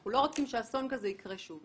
אנחנו לא רוצים שאסון כזה יקרה שוב.